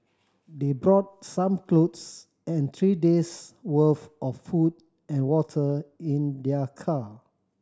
they brought some clothes and three day's worth of food and water in their car